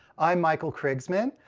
i'm michael krigsman,